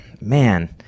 man